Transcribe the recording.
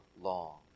long